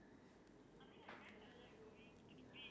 way too long I feel like there's a mark